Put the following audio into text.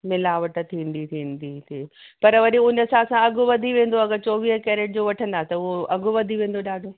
मिलावट थींदी थींदी जी पर वरी उन हिसाब सां अघि वधी वेंदो अगरि चौवीह कैरेट जो वठंदा त अघि वधी वेंदो ॾाढो